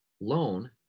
loan